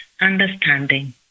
understanding